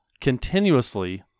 continuously